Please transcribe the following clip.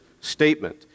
statement